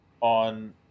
on